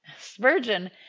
Spurgeon